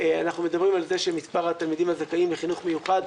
אנחנו מדברים על זה שמספר התלמידים הזכאים בחינוך מיוחד,